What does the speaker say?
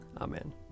Amen